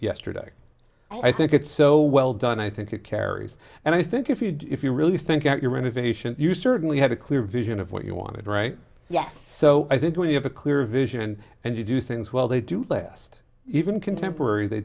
yesterday i think it's so well done i think it carries and i think if you do if you really think about your innovation you certainly had a clear vision of what you wanted right yes so i think when you have a clear vision and you do things well they do last even contemporary they